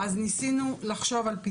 גם הם צועקים עלינו.